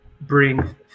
bring